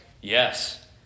Yes